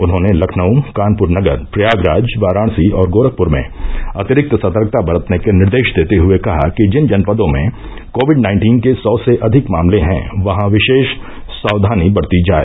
उन्होंने लखनऊ कानपूर नगर प्रयागराज वाराणसी और गोरखपूर में अतिरिक्त सतर्कता बरतने के निर्देश देते हुए कहा कि जिन जनपदों में कोविड नाइन्टीन के सौ से अधिक मामले हैं वहां विशेष साक्यानी बरती जाए